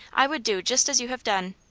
i would do just as you have done.